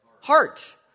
heart